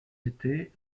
été